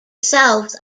south